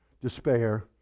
despair